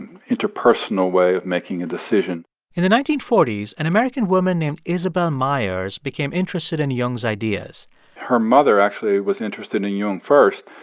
and interpersonal way of making a decision in the nineteen forty s, an american woman named isabel myers became interested in jung's ideas her mother, actually, was interested in jung first.